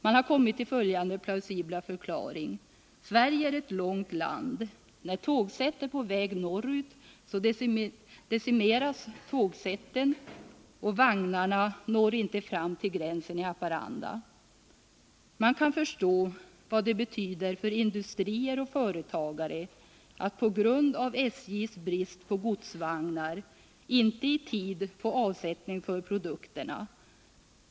Man har kommit till följande plausibla förklaring: Sverige är ett långt land. När tågsätt är på väg norrut decimeras tågsätten, och vagnarna når inte fram till gränsen i Haparanda. Man kan förstå vad det betyder för industrier och företagare att på grund av SJ:s brist på godsvagnar inte i tid få avsättning för produkterna.